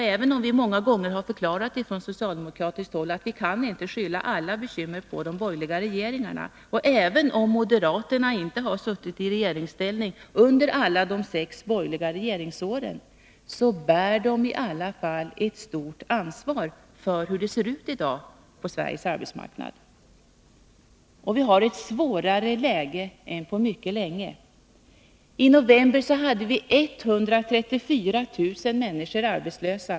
Även om vi socialdemokrater, som vi många gånger har förklarat, inte skyller alla bekymmer på de borgerliga regeringarna och även om moderaterna inte har suttit i regeringsställning under alla de sex borgerliga regeringsåren bär de i alla fall ett stort ansvar för hur det i dag ser ut på Sveriges arbetsmarknad. Vi har ett svårare läge i dag än på mycket länge. I november var 134 000 människor arbetslösa.